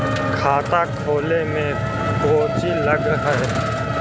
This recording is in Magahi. खाता खोले में कौचि लग है?